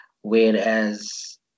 whereas